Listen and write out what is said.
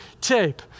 tape